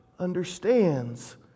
understands